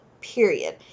period